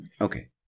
Okay